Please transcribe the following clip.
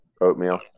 Oatmeal